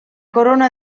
corona